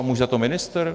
Může za to ministr?